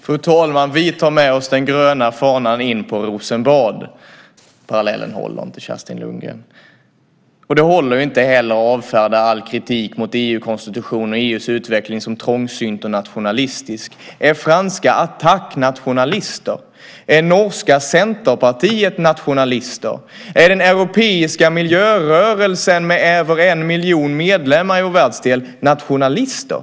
Fru talman! Vi tar med oss den gröna fanan in på Rosenbad. Parallellen håller inte, Kerstin Lundgren. Det håller inte heller att avfärda all kritik mot EU-konstitutionen och EU:s utveckling som trångsynt och nationalistisk. Är franska Attac nationalister? Är norska Senterpartiet nationalister? Är den europeiska miljörörelsen med över en miljon medlemmar i vår världsdel nationalister?